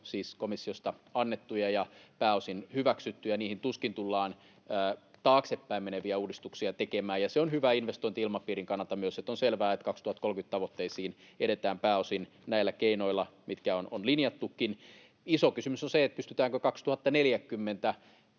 siis komissiosta annettuja ja pääosin hyväksyttyjä, tuskin tullaan taaksepäin meneviä uudistuksia tekemään. On hyvä investointi-ilmapiirin kannalta myös, että on selvää, että 2030-tavoitteisiin edetään pääosin näillä keinoilla, mitkä on linjattukin. Iso kysymys on se, pystytäänkö 90